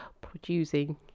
producing